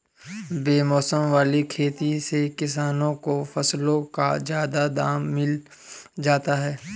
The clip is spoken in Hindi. बेमौसम वाली खेती से किसानों को फसलों का ज्यादा दाम मिल जाता है